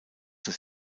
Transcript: des